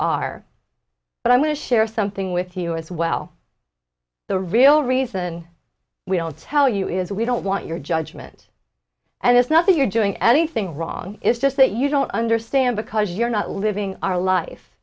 are but i'm going to share something with you as well the real reason we don't tell you is we don't want your judgment and it's not that you're doing anything wrong it's just that you don't understand because you're not living our life